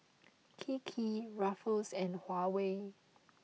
Kiki Ruffles and Huawei